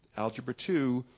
algebra two,